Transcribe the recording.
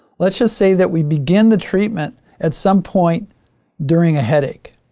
let's just say that we begin the treatment at some point during a headache.